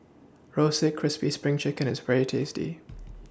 Roasted Crispy SPRING Chicken IS very tasty